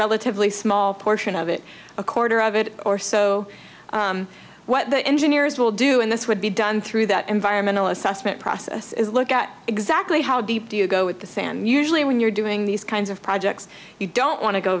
relatively small portion of it a quarter of it or so what the engineers will do and this would be done through that environmental assessment process is look at exactly how deep do you go with the sand usually when you're doing these kinds of projects you don't want to go